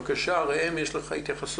בבקשה, ראם, יש לך התייחסות?